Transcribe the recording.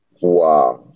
Wow